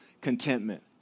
contentment